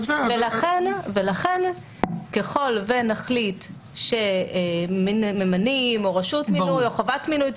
ולכן ככל שנחליט שממנים או רשות מינוי או חובת מינוי,